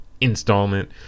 installment